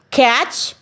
catch